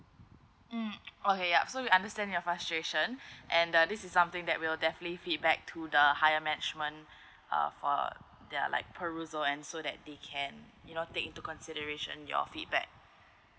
mm okay ya so we understand your frustration and the this is something that will definitely feedback to the higher management uh for their like per rule so and so that they can you know take into consideration your feedback